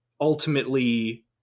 ultimately